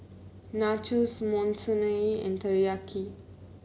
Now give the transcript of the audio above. Nachos Monsunabe and Teriyaki